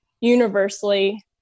universally